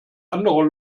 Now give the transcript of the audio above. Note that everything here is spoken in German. anderer